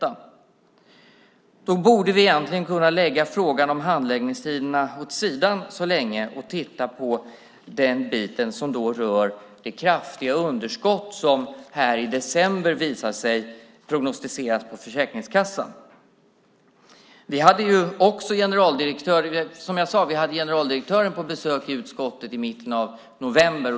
Därmed borde vi egentligen kunna lägga frågan om handläggningstiderna åt sidan så länge och titta på den del som rör det kraftiga underskott som i december, visade det sig, prognostiserades på Försäkringskassan. Som jag sade hade vi generaldirektören på besök i utskottet i mitten av november.